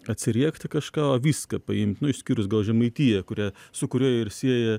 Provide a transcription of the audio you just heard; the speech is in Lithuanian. atsiriekti kažką o viską paimt nu išskyrus gal žemaitiją kurią su kuriuo ir sieja